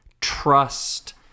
Trust